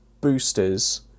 boosters